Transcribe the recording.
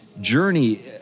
journey